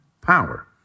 power